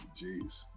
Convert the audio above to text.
Jeez